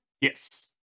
yes